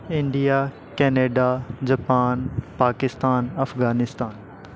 India Canada Japan Pakistan Afghanistan